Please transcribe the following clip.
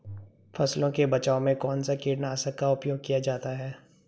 फसलों के बचाव में कौनसा कीटनाशक का उपयोग किया जाता है?